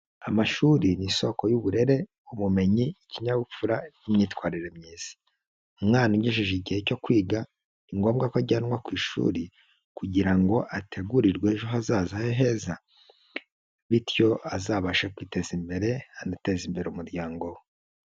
Amashuri ni isoko y'uburere, ubumenyi, ikinyabupfura n'imyitwarire myiza, umwana ugejeje igihe cyo kwiga ni ngombwa ko ajyanwa ku ishuri kugira ngo ategurirwe ejo hazaza he heza, bityo azabashe kwiteza imbere anateze imbere umuryango we.